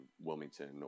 Wilmington